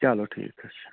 چلو ٹھیٖک حظ چھُ